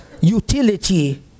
utility